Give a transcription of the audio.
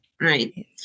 right